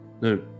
No